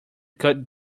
cut